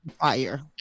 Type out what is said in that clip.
fire